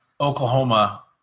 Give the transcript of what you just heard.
Oklahoma